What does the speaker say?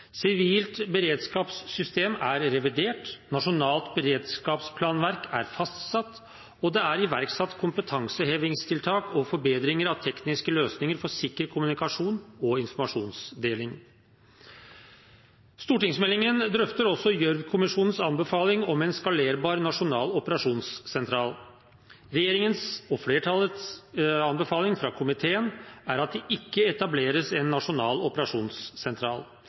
sivilt beredskapssystem er revidert, nasjonalt beredskapsplanverk er fastsatt, og det er iverksatt kompetansehevingstiltak og forbedringer av tekniske løsninger for sikker kommunikasjon og informasjonsdeling. Stortingsmeldingen drøfter også Gjørv-kommisjonens anbefaling om en skalerbar nasjonal operasjonssentral. Regjeringens og komitéflertallets anbefaling er at det ikke etableres en nasjonal operasjonssentral.